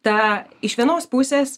ta iš vienos pusės